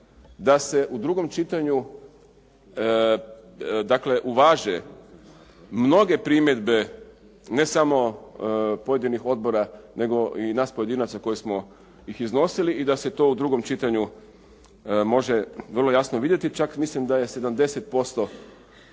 da se u drugom čitanju dakle uvaže mnoge primjedbe ne samo pojedinih odbora nego i nas pojedinaca koji smo ih iznosili i da se to u drugom čitanju može vrlo jasno vidjeti, čak mislim da je 70%